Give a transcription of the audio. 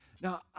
Now